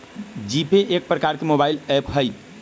GPay एक प्रकार के मोबाइल ऐप हइ